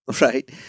right